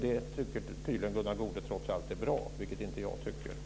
Det tycker tydligen Gunnar Goude trots allt är bra, vilket inte jag tycker.